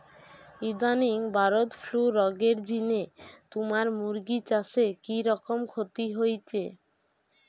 ইদানিং bird flu রগের জিনে তুমার মুরগি চাষে কিরকম ক্ষতি হইচে?